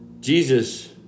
Jesus